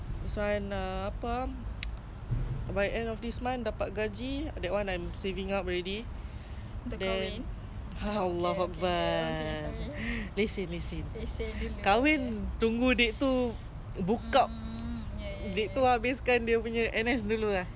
dia tu habiskan dia punya N_S dulu ah no nineteen he baru masuk